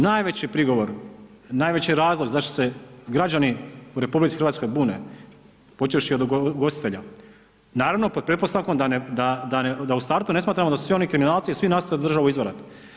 Najveći prigovor, najveći razlog zašto se građani u RH bune, počevši od ugostitelja, naravno pod pretpostavkom da ne, da u startu ne smatramo da su svi oni kriminalci i svi nastoje državu izvarati.